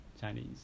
Chinese